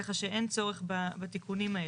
כך שאין צורך בתיקונים האלה.